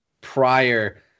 prior